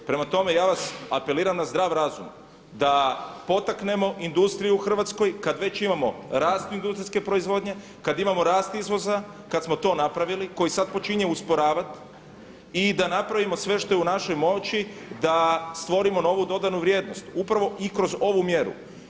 Prema tome, ja vas apeliram na zdrav razum da potaknemo industriju u Hrvatskoj kada već imamo rast industrijske proizvodnje, kada imamo rast izvoza, kada smo to napravili, koji sad počinje usporavati i da napravimo sve što je u našoj moći da stvorimo novu dodanu vrijednost upravo i kroz ovu mjeru.